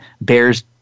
Bears